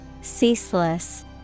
Ceaseless